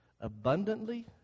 abundantly